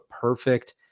perfect